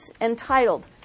entitled